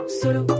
solo